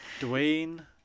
Dwayne